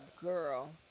girl